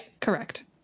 correct